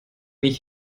nicht